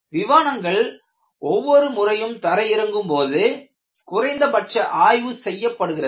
விமானங்கள் ஒவ்வொரு முறையும் தரையிறங்கும்போது குறைந்தபட்ச ஆய்வு செய்யப்படுகிறது